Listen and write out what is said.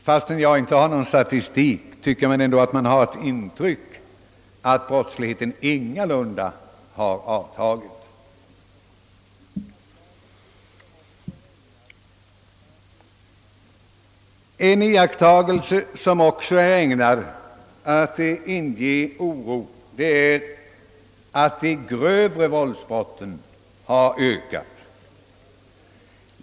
Fastän jag inte har någon statistik till hands tycker jag mig ha ett intryck av att brottsligheten på detta område ingalunda har avtagit. En iakttagelse som också är ägnad att inge oro är att de grövre våldsbrotten har ökat.